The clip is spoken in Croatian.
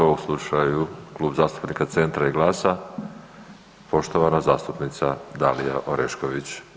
U ovom slučaju Klub zastupnica Centra i Glasa, poštovana zastupnica Dalija Orešković.